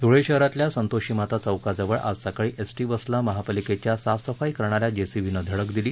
धूळे शहरातल्या संतोषी माता चौकाजवळ आज सकाळी एसटी बसला महापालिकेच्या साफ सफाई करणाऱ्या जेसीबीनं धडक दिली